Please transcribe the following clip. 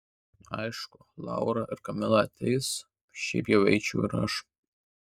aišku laura ir kamila ateis šiaip jau eičiau ir aš